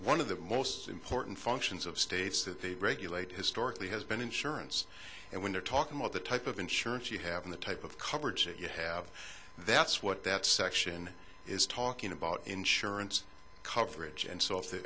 one of the most important functions of states that they regulate historically has been insurance and when you're talking about the type of insurance you have in the type of coverage you have that's what that section is talking about insurance coverage